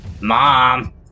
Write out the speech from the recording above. mom